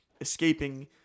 escaping